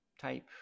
type